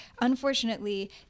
unfortunately